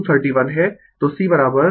तो C 201 micro farad यह उत्तर है